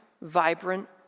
vibrant